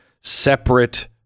separate